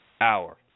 hour